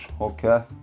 okay